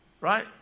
right